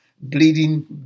bleeding